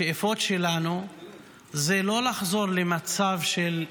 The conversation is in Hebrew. השאיפות שלנו זה לא לחזור למצב של אי-מלחמה.